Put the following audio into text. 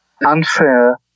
unfair